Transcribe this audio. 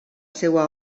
seva